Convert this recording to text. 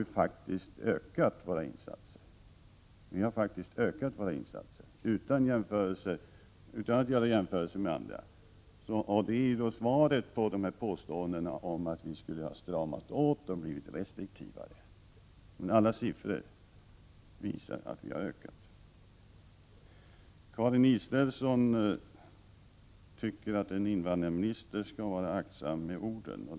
Men nu är det dess bättre så att vi faktiskt ökat våra insatser, även om vi inte gör några jämförelser med andra länder. Jag säger detta som ett bemötande av påståendena att vi skulle ha stramat åt och blivit restriktivare. Alla siffror visar att vi ökat våra insatser. Karin Israelsson tycker att en invandrarminister skall vara aktsam med orden.